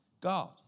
God